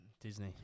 Disney